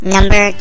Number